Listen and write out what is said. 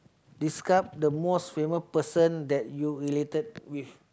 describe the most famous person that you related with